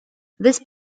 this